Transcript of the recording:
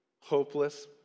hopeless